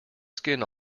skin